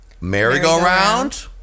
Merry-Go-Round